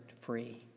free